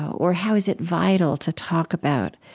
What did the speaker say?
or how is it vital to talk about,